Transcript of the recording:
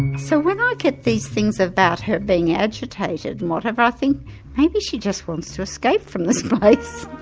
so when i get these things about her being agitated and whatever, i think maybe she just wants to escape from this place.